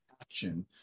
action